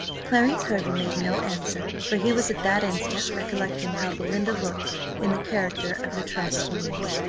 clarence hervey made no answer, for he was at that instant recollecting how belinda looked in the character of the tragic muse.